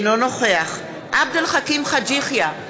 אינו נוכח עבד אל חכים חאג' יחיא,